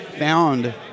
found